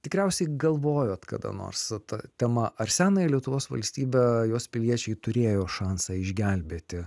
tikriausiai galvojot kada nors ta tema ar senąją lietuvos valstybę jos piliečiai turėjo šansą išgelbėti